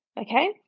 Okay